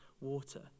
water